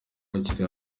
bakiri